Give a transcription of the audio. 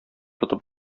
тотып